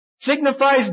signifies